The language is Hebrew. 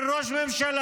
של ראש ממשלה,